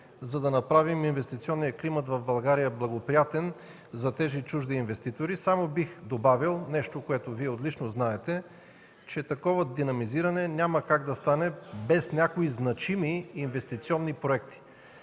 за да направим инвестиционния климат в България благоприятен за чужди инвеститори. Бих добавил нещо, което Вие отлично знаете – такова динамизиране няма как да стане без някои значими инвестиционни проекти.